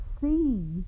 see